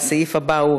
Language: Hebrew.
הסעיף הבא: